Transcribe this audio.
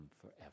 forever